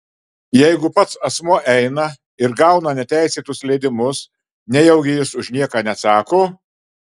jeigu pats asmuo eina ir gauna neteisėtus leidimus nejaugi jis už nieką neatsako